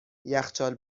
یخچال